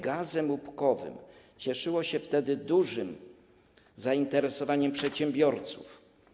Gaz łupkowy cieszył się wtedy dużym zainteresowaniem przedsiębiorców.